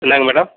என்னங்க மேடம்